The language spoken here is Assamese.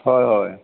হয় হয়